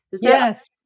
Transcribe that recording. Yes